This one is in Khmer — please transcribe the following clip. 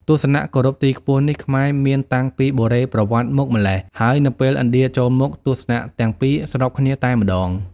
ទស្សនៈគោរពទីខ្ពស់នេះខ្មែរមានតាំងពីបុរេប្រវត្តិមកម្ល៉េះ ហើយនៅពេលឥណ្ឌាចូលមក ទស្សនៈទាំងពីរស្របគ្នាតែម្តង។